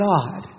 God